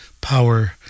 Power